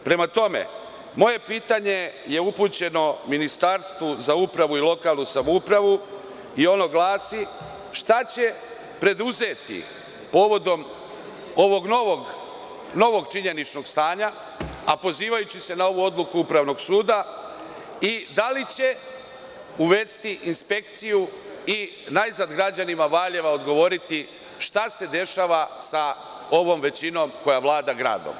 Prema tome, moje pitanje je upućeno Ministarstvu za upravu i lokalnu samoupravu i ono glasi - šta će preduzeti povodom ovog novog činjeničnog stanja, a pozivajući se na ovu odluku Upravnog suda i da li će uvesti inspekciju i najzad građanima Valjeva odgovoriti šta se dešava sa ovom većinom koja vlada gradom?